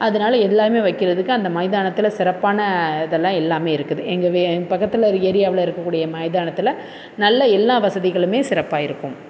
அதனால் எல்லாமே வைக்கறதுக்கு அந்த மைதானத்தில் சிறப்பான இதெல்லாம் எல்லாமே இருக்குது எங்கள் வீ எங்கள் பக்கத்தில் ஏரியாவில் இருக்கக்கூடிய மைதானத்தில் நல்ல எல்லா வசதிகளுமே சிறப்பாக இருக்கும்